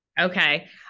okay